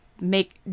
make